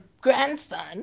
grandson